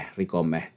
rikomme